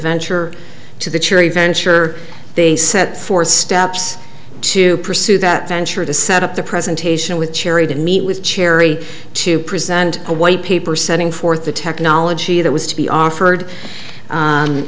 venture to the charity venture they set for steps to pursue that venture to set up the presentation with cherry to meet with cherry to present a white paper setting forth the technology that was to be offered